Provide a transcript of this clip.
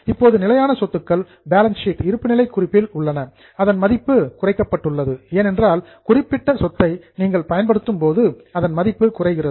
இப்போது நிலையான சொத்துக்கள் பேலன்ஸ் ஷீட் இருப்புநிலை குறிப்பில் உள்ளன அதன் மதிப்பு குறைக்கப்பட்டுள்ளது ஏனென்றால் குறிப்பிட்ட சொத்தை நீங்கள் பயன்படுத்தும் போது அதன் மதிப்பு குறைகிறது